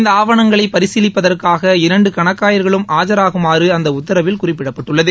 இந்த ஆவணங்களை பரிசீலிப்பதற்காக இரண்டு கணக்காயர்களும் ஆஜராகுமாறு அந்த உத்தரவில் குறிப்பிடப்பட்டுள்ளது